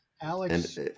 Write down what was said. Alex